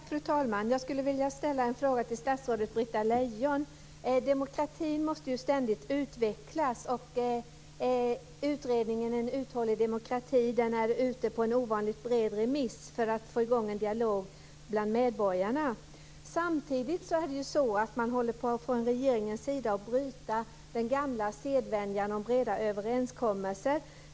Fru talman! Jag skulle vilja ställa en fråga till statsrådet Britta Lejon. Demokratin måste ju ständigt utvecklas, och utredningen En uthållig demokrati är ute på en ovanligt bred remiss för att få i gång en dialog bland medborgarna. Samtidigt håller regeringen på att bryta den gamla sedvänjan om breda överenskommelser.